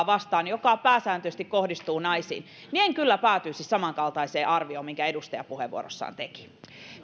vastaan joka pääsääntöisesti kohdistuu naisiin niin en kyllä päätyisi samankaltaiseen arvioon minkä edustaja puheenvuorossaan teki